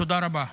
תודה רבה.